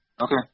Okay